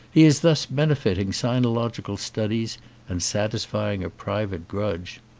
he is thus benefiting sinological studies and satisfying a private grudge.